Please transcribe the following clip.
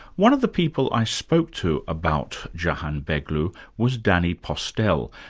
one of the people i spoke to about jahanbegloo was danny postel,